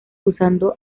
usando